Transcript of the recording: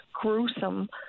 gruesome